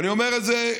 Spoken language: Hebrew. ואני אומר את זה.